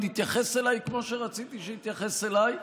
התייחס אליי כמו שרציתי שיתייחס אליי.